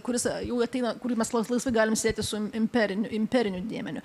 kuris jau ateina kurį mes laisvai galim sieti su imperiniu imperiniu dėmeniu